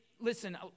listen